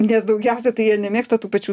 nes daugiausiai tai jie nemėgsta tų pačių